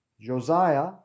Josiah